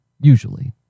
usually